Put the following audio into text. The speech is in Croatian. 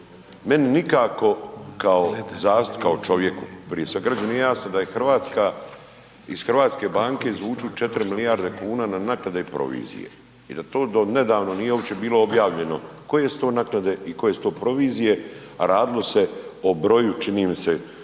zastupniku, kao čovjeku prije svega građaninu, da iz hrvatske banke izvuku 4 milijarde kuna na naknade i provizije i da to do nedavno nije uopće bilo objavljeno koje su to naknade i koje su to provizije, a radilo se o broju čini mi se